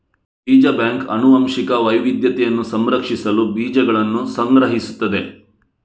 ಬೀಜ ಬ್ಯಾಂಕ್ ಆನುವಂಶಿಕ ವೈವಿಧ್ಯತೆಯನ್ನು ಸಂರಕ್ಷಿಸಲು ಬೀಜಗಳನ್ನು ಸಂಗ್ರಹಿಸುತ್ತದೆ